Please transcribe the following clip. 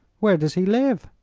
where does he live?